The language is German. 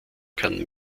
kann